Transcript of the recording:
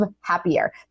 happier